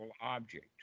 object